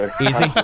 Easy